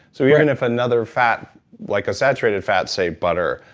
so even if another fat, like a saturated fat, say butter,